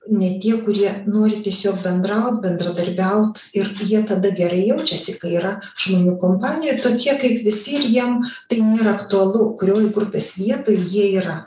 ne tie kurie nori tiesiog bendraut bendradarbiaut ir jie tada gerai jaučiasi kai yra žmonių kompanijoj tokie kaip visi ir jiem tai nėra aktualu kurioj grupės vietoj jie yra